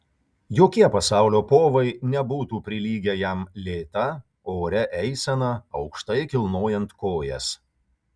jokie pasaulio povai nebūtų prilygę jam lėta oria eisena aukštai kilnojant kojas